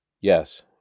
Yes